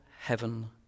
heaven